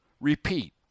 Repeat